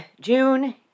June